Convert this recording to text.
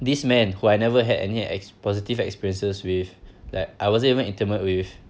this man who I never had any ex~ positive experiences with that I wasn't even intimate with